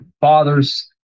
fathers